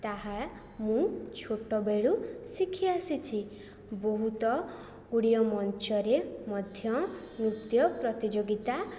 ତାହା ମୁଁ ଛୋଟବେଳୁ ଶିଖି ଆସିଛି ବହୁତ ଗୁଡ଼ିଏ ମଞ୍ଚରେ ମଧ୍ୟ ନୃତ୍ୟ ପ୍ରତିଯୋଗିତା